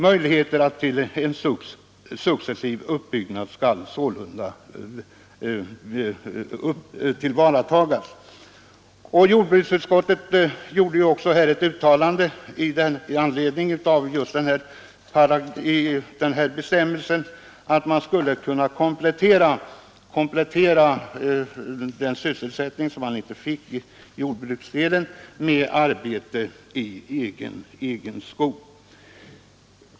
Möjligheterna till successiv uppbyggnad skall sålunda tillvaratagas.” Jordbruksutskottet gjorde också ett uttalande att man skulle kunna komplettera med arbete i egen skog.